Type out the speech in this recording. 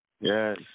Yes